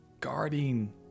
guarding